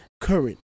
current